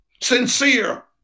sincere